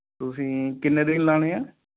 ਤੁਸੀਂ ਕਿੰਨੇ ਦਿਨ ਲਗਾਉਣੇ ਹੈ